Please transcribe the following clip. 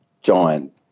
giant